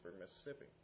Mississippi